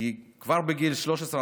כי כבר בגיל 13,